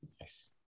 Nice